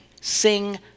Sing